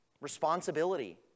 responsibility